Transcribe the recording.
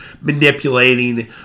manipulating